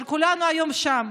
אבל כולנו היום שם,